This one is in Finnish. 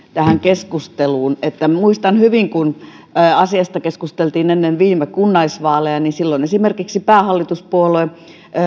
tähän keskusteluun että muistan hyvin kun asiasta keskusteltiin ennen viime kunnallisvaaleja silloin esimerkiksi päähallituspuolue